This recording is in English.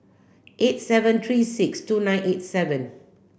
eight seven three six two nine eight seven